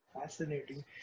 Fascinating